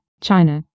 China